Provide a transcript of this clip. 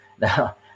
Now